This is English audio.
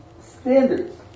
standards